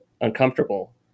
uncomfortable